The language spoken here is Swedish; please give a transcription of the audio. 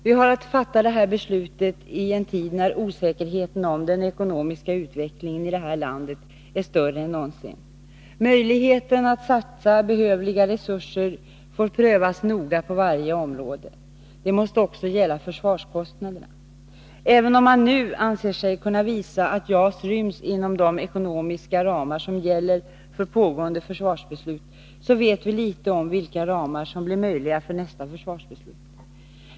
Vi har att fatta detta beslut i en tid då osäkerheten om den ekonomiska utvecklingen här i landet är större än någonsin. Möjligheten att satsa behövliga resurser prövas noga på varje område. Detta måste också gälla försvarskostnaderna. Även om man nu anser sig kunna visa att JAS ryms inom de ekonomiska ramar som gäller för pågående försvarsbeslut, vet vi litet om vilka ramar som blir möjliga för nästa försvarsbeslut.